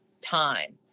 time